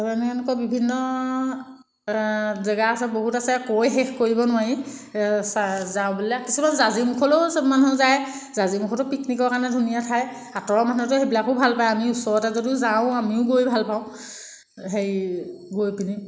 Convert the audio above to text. তাৰমানে এনেকুৱা বিভিন্ন জেগা আছে বহুত আছে কৈ শেষ কৰিব নোৱাৰি যাওঁ বুলিলে কিছুমান জাঁজীমুখলৈও মানুহ যায় জাঁজীমুখতো পিকনিকৰ কাৰণে ধুনীয়া ঠাই আঁতৰৰ মানুহটো সেইবিলাকো ভালপায় আমি ওচৰতে যদিও যাওঁ আমিও গৈ ভালপাওঁ হেৰি গৈ পিনি